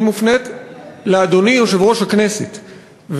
היא מופנית לאדוני יושב-ראש הכנסת,